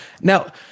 Now